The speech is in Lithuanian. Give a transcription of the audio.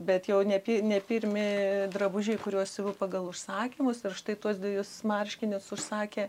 bet jau nepir ne pirmi drabužiai kuriuos pagal užsakymus ir štai tuos dvejus marškinius užsakė